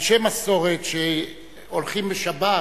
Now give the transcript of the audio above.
אנשי מסורת שהולכים בשבת